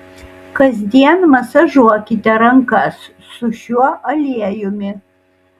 kasdien masažuokite rankas su šiuo aliejumi